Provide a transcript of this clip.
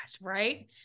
Right